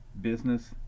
business